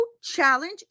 challenge